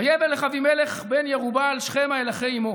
"וילך אבימלך בן ירֻבַּעל שכמה אל אחֵי אמו